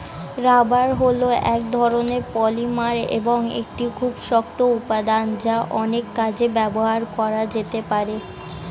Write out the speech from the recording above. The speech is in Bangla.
রাবার হল এক ধরণের পলিমার এবং একটি খুব শক্ত উপাদান যা অনেক কাজে ব্যবহার করা যেতে পারে